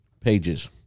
pages